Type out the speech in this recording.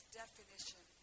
definition